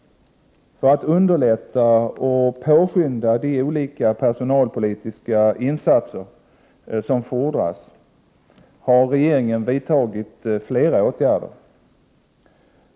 För att underlätta och påskynda de olika personalpolitiska insatser som fordras har regeringen vidtagit flera åtgärder.